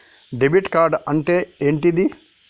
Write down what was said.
Debit card అంటే ఏంటిది?